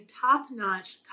top-notch